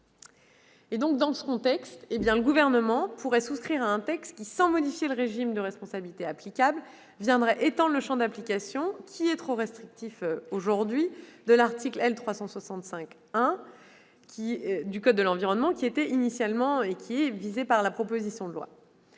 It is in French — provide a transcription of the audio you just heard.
Dans ces conditions, le Gouvernement pourrait souscrire à un texte qui, sans modifier le régime de responsabilité applicable, viendrait étendre le champ d'application, actuellement trop restrictif, de l'article L. 365-1 du code de l'environnement, initialement visé par la proposition de loi.